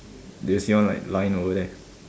do you see one like line over there